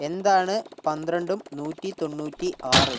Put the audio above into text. എന്താണ് പന്ത്രണ്ടും നൂറ്റി തൊണ്ണൂറ്റി ആറ്